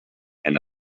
and